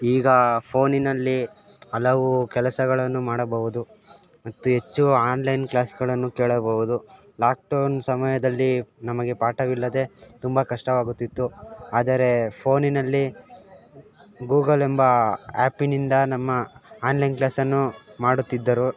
ಈಗ ಫೋನಿನಲ್ಲಿ ಹಲವು ಕೆಲಸಗಳನ್ನು ಮಾಡಬಹುದು ಅತಿ ಹೆಚ್ಚು ಆನ್ಲೈನ್ ಕ್ಲಾಸ್ಗಳನ್ನು ಕೇಳಬಹುದು ಲಾಕ್ಡೌನ್ ಸಮಯದಲ್ಲಿ ನಮಗೆ ಪಾಠವಿಲ್ಲದೆ ತುಂಬ ಕಷ್ಟವಾಗುತಿತ್ತು ಆದರೆ ಫೋನಿನಲ್ಲಿ ಗೂಗಲ್ ಎಂಬ ಆ್ಯಪಿನಿಂದ ನಮ್ಮ ಆನ್ಲೈನ್ ಕ್ಲಾಸನ್ನು ಮಾಡುತ್ತಿದ್ದರು